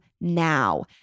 now